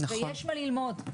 ויש מה ללמוד.